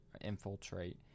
infiltrate